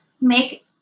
make